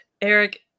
Eric